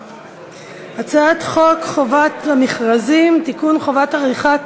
הצעת חוק חובת המכרזים (תיקון, חובת עריכת